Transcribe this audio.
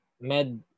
med